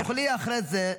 את תוכלי אחרי זה.